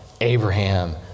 Abraham